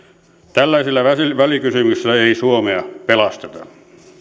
tällaisilla välikysymyksillä ei suomea pelasteta